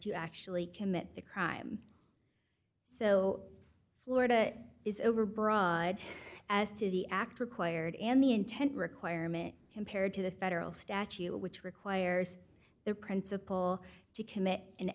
to actually commit the crime so florida is overbroad as to the act required and the intent requirement compared to the federal statute which requires the principal to commit an